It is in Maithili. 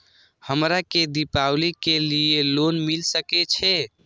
हमरा के दीपावली के लीऐ लोन मिल सके छे?